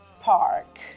Park